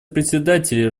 председателей